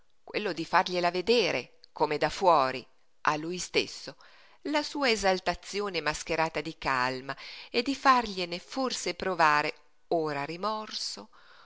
quello di fargliela vedere come da fuori a lui stesso la sua esaltazione mascherata di calma e di fargliene forse provare ora rimorso